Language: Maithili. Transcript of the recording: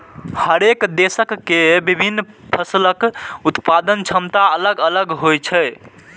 हरेक देशक के विभिन्न फसलक उत्पादन क्षमता अलग अलग होइ छै